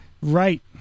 right